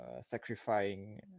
sacrificing